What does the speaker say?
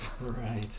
Right